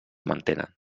mantenen